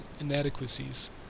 inadequacies